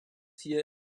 hier